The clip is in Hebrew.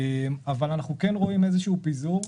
אבל אנחנו כן רואים איזה שהוא פיזור.